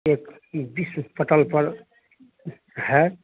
एक विश्व पटल पर है